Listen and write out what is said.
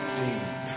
deep